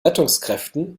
rettungskräften